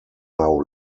now